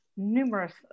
numerous